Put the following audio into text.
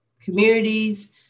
communities